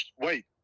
wait